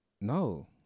No